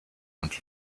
und